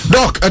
Doc